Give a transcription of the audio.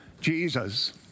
Jesus